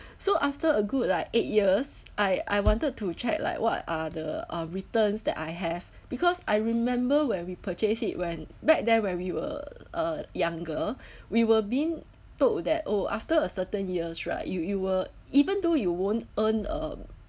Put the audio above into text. so after a good like eight years I I wanted to check like what are the uh returns that I have because I remember when we purchased it when back then when we were uh younger we were been told that oh after a certain years right you you will even though you won't earn a